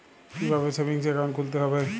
কীভাবে savings account খুলতে হবে?